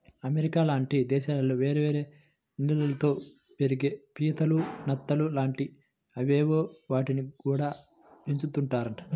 America లాంటి దేశాల్లో వేరే వేరే నీళ్ళల్లో పెరిగే పీతలు, నత్తలు లాంటి అవేవో వాటిని గూడా పెంచుతున్నారంట